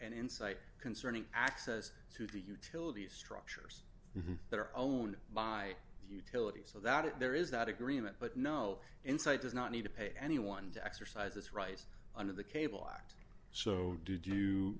and insight concerning access to the utility structures that are own by utility so that if there is that agreement but no inside does not need to pay anyone to exercise its right under the cable act so do do